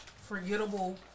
forgettable